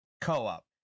co-op